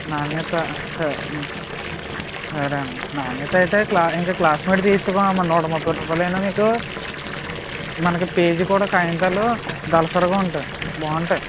నాణ్యత స సరేమ్మా నాణ్యత అయితే క్లా ఇంక క్లాస్మేట్ తీసేసుకోమ్మా నూట ముప్పై రూపాయలు ఆయనా మీకు మనకి పేజీ కూడా కాయింతాలు దళసరిగా ఉంటాయి బాగుంటాయి